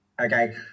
Okay